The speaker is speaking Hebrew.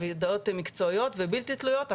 הדעות הן מקצועיות ובלתי תלויות.